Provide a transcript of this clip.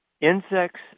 Insects